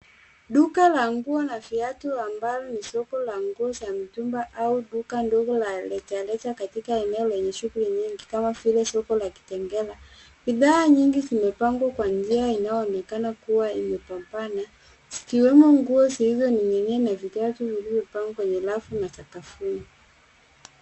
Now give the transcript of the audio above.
Duka la nguo na viatu, ambalo ni soko la nguo za mitumba au duka ndogo la rejareja, katika eneo lenye shughuli nyingi kama vile soko la Kitengela. Bidhaa nyingi zimepangwa kwa njia inayoonekana kuwa imebanana, zikiwemo nguo zilizoning'inia na viatu vilivyopangwa kwenye rafu na sakafuni.